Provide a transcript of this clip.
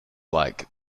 like